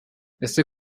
ese